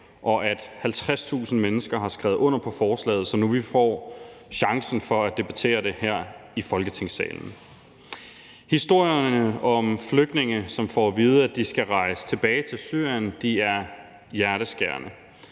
og at 50.000 mennesker har skrevet under på forslaget, så vi nu får chancen for at debattere det her i Folketingssalen. Historierne om flygtninge, som får at vide, at de skal rejse tilbage til Syrien, er hjerteskærende,